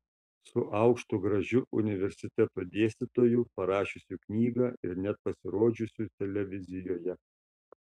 su aukštu gražiu universiteto dėstytoju parašiusiu knygą ir net pasirodžiusiu televizijoje